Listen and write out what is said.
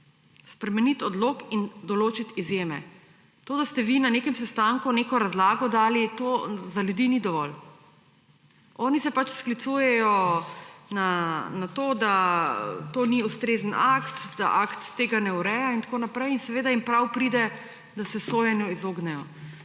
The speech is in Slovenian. Spremeniti odlok in določiti izjeme. To, da ste vi na nekem sestanku neko razlago dali, to za ljudi ni dovolj. Oni se pač sklicujejo na to, da to ni ustrezen akt, da akt tega ne ureja in tako naprej. In seveda jim prav pride, da se sojenju izognejo.